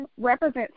represents